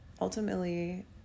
ultimately